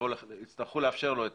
יצטרכו לאפשר לו את